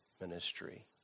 ministry